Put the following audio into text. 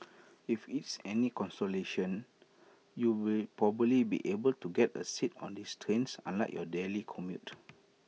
if it's any consolation you'll probably be able to get A seat on these trains unlike your daily commute